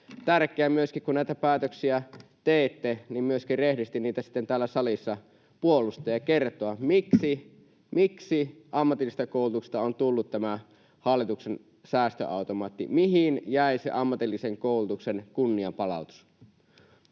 tärkeää, kun näitä päätöksiä teette, myöskin rehdisti niitä sitten täällä salissa puolustaa ja kertoa, miksi ammatillisesta koulutuksesta on tullut tämän hallituksen säästöautomaatti, mihin jäi se ammatillisen koulutuksen kunnianpalautus.